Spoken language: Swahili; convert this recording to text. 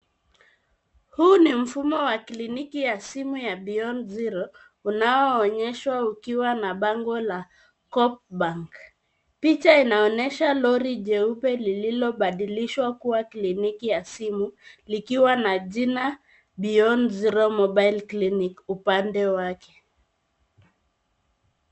Huu ni mfumo wa kliniki ya simu ya beyond zero, unaoonyeshwa ukiwa na bango la cop bank. Picha inaonyesha lori jeupe lililobadilishwa kuwa kliniki ya simu. Likiwa na jina beyond zero mobile clinic upande wake.